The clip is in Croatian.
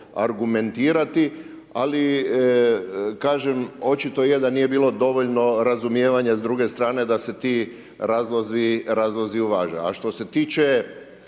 argumentirati, ali, kažem, očito je da nije bilo dovoljno razumijevanja s druge strane da se ti razlozi uvaže, a što se tiče